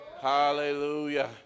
Hallelujah